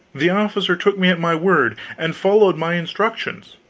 the officer took me at my word, and followed my instructions.